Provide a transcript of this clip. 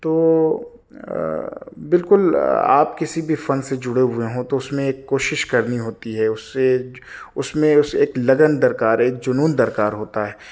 تو بالکل آپ کسی فن سے جڑے ہوئے ہوں تو اس میں ایک کوشش کرنی ہوتی ہے اس سے اس میں اسے ایک لگن درکار ہے ایک جنون درکار ہوتا ہے